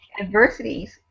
adversities